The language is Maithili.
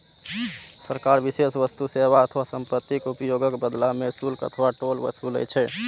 सरकार विशेष वस्तु, सेवा अथवा संपत्तिक उपयोगक बदला मे शुल्क अथवा टोल ओसूलै छै